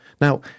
Now